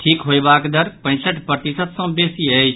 ठीक होयबाक दर पैंसठ प्रतिशत सँ बेसी अछि